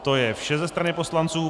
To je vše ze strany poslanců.